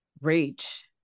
rage